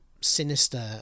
sinister